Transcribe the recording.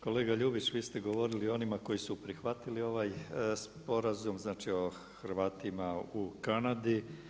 Kolega Ljubić, vi ste govorili o onima koji su prihvatili ovaj sporazum znači o Hrvatima u Kanadi.